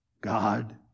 God